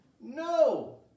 No